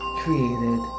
created